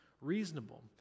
reasonable